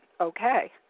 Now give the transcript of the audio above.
okay